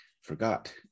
forgot